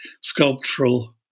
sculptural